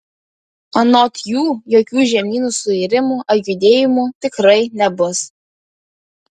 anot jų jokių žemynų suirimų ar judėjimų tikrai nebus